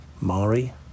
Mari